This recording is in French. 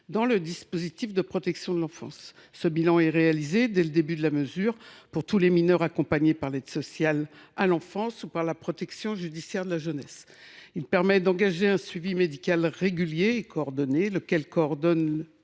dans le dispositif de protection de l’enfance. Ce bilan est réalisé, dès que la mesure s’applique, pour tous les mineurs accompagnés par l’ASE ou par la protection judiciaire de la jeunesse. Il permet d’engager un suivi médical régulier et coordonné, lequel formalise